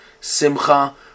simcha